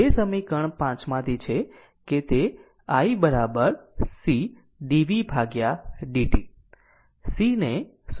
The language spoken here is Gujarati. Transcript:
તે સમીકરણ 5 માંથી છે કે i C dvdt C ને 0